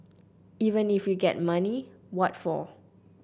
even if we get money what for